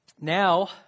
Now